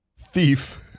Thief